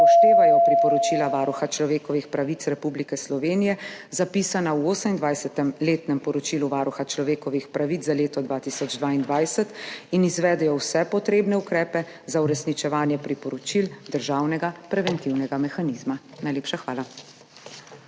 upoštevajo priporočila Varuha človekovih pravic Republike Slovenije, zapisana v 28. letnem poročilu Varuha človekovih pravic za leto 2022, in izvedejo vse potrebne ukrepe za uresničevanje priporočil Državnega preventivnega mehanizma. Najlepša hvala.